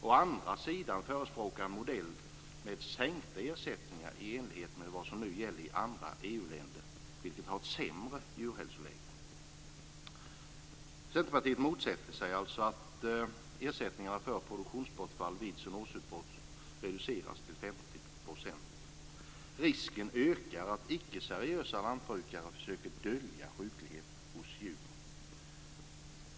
Å andra sidan förespråkar man en modell med sänkta ersättningar, i enlighet med vad som nu gäller i andra EU-länder med sämre djurhälsoläge. Centerpartiet motsätter sig att ersättningarna för produktionsbortfall vid zoonosutbrott reduceras till 50 %. Risken ökar att icke seriösa lantbrukare försöker dölja sjuklighet hos djur.